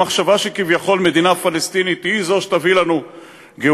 המחשבה שכביכול מדינה פלסטינית היא זו שתביא לנו גאולה,